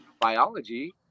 Biology